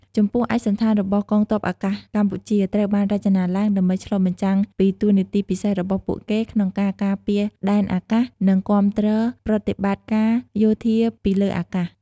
ចំពោះឯកសណ្ឋានរបស់កងទ័ពអាកាសកម្ពុជា ត្រូវបានរចនាឡើងដើម្បីឆ្លុះបញ្ចាំងពីតួនាទីពិសេសរបស់ពួកគេក្នុងការការពារដែនអាកាស និងគាំទ្រប្រតិបត្តិការយោធាពីលើអាកាស។